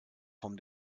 vom